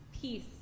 peace